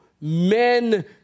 men